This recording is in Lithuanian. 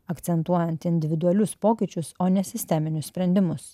akcentuojant individualius pokyčius o ne sisteminius sprendimus